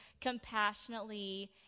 compassionately